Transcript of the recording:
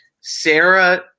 Sarah